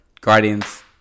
Guardians